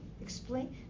explain